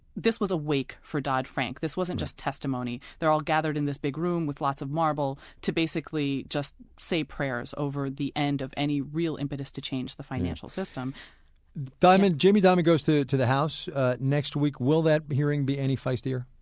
this was a wake for dodd-frank. this wasn't just testimony. they're all gathered in this big room with lots of marble to basically just say prayers over the end of any real impetus to change the financial system um and jamie dimon um goes to to the house next week. will that hearing be any feistier?